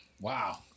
Wow